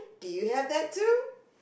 do you have that too